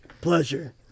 Pleasure